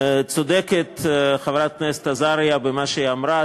צודקת חברת הכנסת עזריה במה שהיא אמרה,